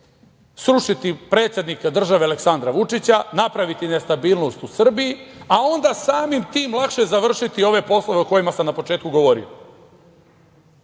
srušiti predsednika države Aleksandra Vučića, napraviti nestabilnost u Srbiji, a onda, samim tim, lakše završiti ove poslove o kojima sam na početku govorio,